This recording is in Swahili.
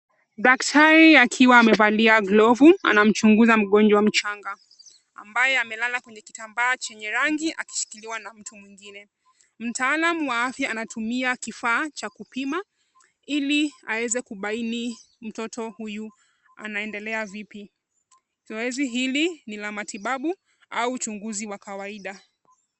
Daktari akiwa amevalia glovu anamchunguza mgonjwa mchanga ambaye amelala kwenye kitambaa chenye rangi akishikiliwa na mtu mwingine. Mtaalamu wa afya anatumia kifaa cha kupima ili aweze kubaini mtoto huyu anaendelea vipi. Zoezi hili ni la matibabu au uchunguzi wa kawaida.